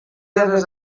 lladres